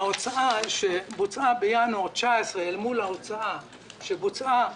בהוצאה שבוצעה בינואר 2019 אל מול ההוצאה שבוצעה